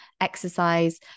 exercise